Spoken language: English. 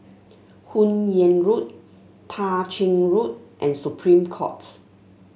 Hun Yeang Road Tah Ching Road and Supreme Court